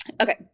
Okay